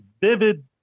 vivid